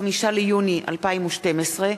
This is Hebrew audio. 5 ביוני 2012,